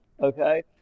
okay